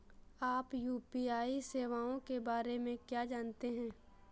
आप यू.पी.आई सेवाओं के बारे में क्या जानते हैं?